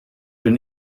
bin